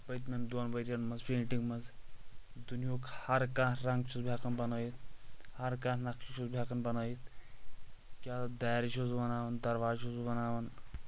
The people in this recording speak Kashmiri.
پٔتۍ مٮ۪ن دۄن ؤرۍ ین منٛز پینٛٹنٛگ منٛز دُنیہُک ہر کانٛہہ رنٛگ چھُس بہٕ ہٮ۪کان بنٲیِتھ ہر کانٛہہ نقشہِ چھُس بہٕ ہٮ۪کان بنٲیِتھ کیٛاہ دارِ چھُس بہٕ بناوان دروازٕ چھُس بہٕ بناوان